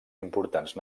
importants